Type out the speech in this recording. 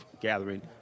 gathering